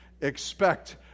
Expect